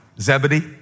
Zebedee